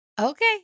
okay